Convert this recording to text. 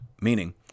meaning